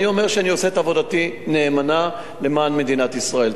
אני אומר שאני עושה את עבודתי נאמנה למען מדינת ישראל.